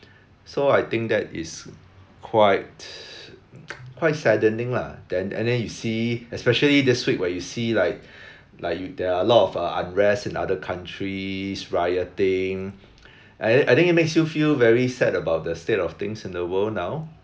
so I think that is quite quite saddening lah then and then you see especially this week where you see like like you there are a lot of uh unrest in other countries rioting I I think it makes you feel very sad about the state of things in the world now